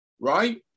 right